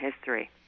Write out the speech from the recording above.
history